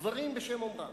דברים בשם אומרם.